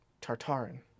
Tartarin